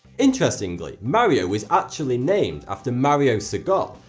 interestingly, mario was actually named after mario segale,